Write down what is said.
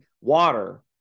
water